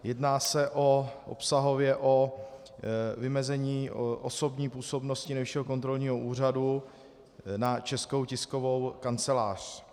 Jedná se obsahově o vymezení osobní působnosti Nejvyššího kontrolního úřadu na Českou tiskovou kancelář.